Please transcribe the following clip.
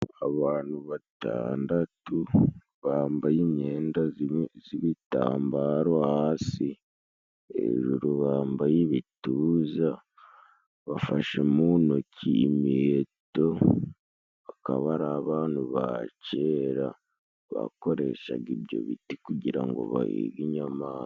Abantu batandatu bambaye imyenda z'ibitambaro hasi, hejuru bambaye ibituza bafashe mu ntoki imiheto, akaba ari abantu ba kera bakoreshaga ibyo biti, kugira ngo bahige inyamaswa.